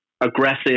aggressive